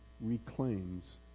reclaims